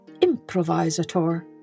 improvisator